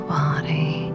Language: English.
body